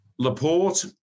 Laporte